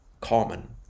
common